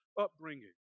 upbringing